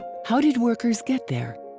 how did workers get there?